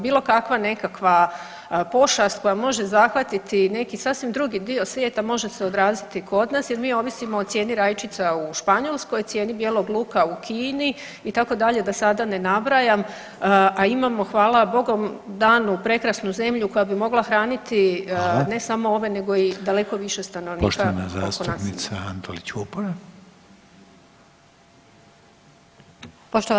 Bilo kakva nekakva pošast koja može zahvatiti neki sasvim drugi dio svijeta može se odraziti kod nas jer mi ovisimo o cijeni rajčica u Španjolskoj, cijeni bijelog luka u Kini itd. da sada ne nabrajam, a imamo hvala bogu danu prekrasnu zemlju koja bi mogla hraniti [[Upadica Reiner: Hvala.]] ne samo ove, nego i daleko više stanovnika koliko nas ima.